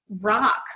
rock